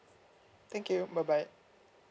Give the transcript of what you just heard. thank you bye bye